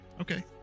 okay